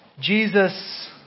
Jesus